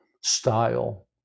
style